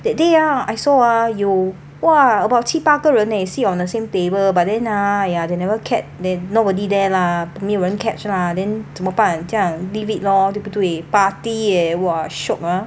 that day ah I saw ah 有哇 about 七八个人 leh sit on the same table but then ha !aiya! they never catc~ then nobody there lah 没有人 catch lah then 怎么办这样 leave it lor 对不对 party eh !wah! shiok ah